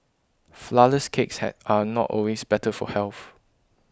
Flourless Cakes had are not always better for health